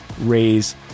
raise